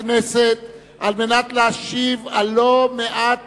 הכנסת על מנת להשיב על לא מעט